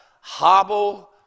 hobble